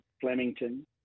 Flemington